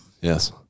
Yes